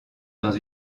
dans